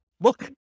look